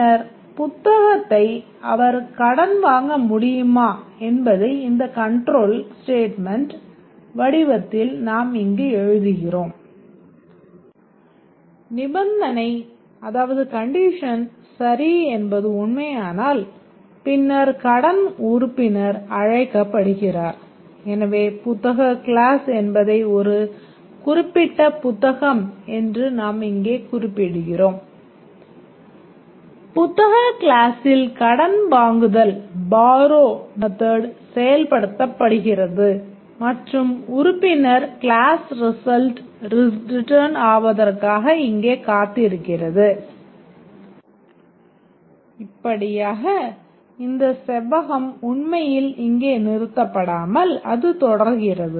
பின்னர் புத்தகத்தை அவர் கடன் வாங்க முடியுமா என்பதை இந்த கன்ட்ரோல் ஸ்டேட்மென்ட் மெத்தெட் செயல்படுத்தப்படுகிறது மற்றும் உறுப்பினர் க்ளாஸ் ரிசல்ட் ரிட்டர்ன் ஆவதற்காக இங்கே காத்திருக்கிறது இப்படியாக இந்த செவ்வகம் உண்மையில் இங்கே நிறுத்தபடாமல் அது தொடர்கிறது